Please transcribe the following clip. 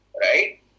right